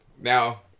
now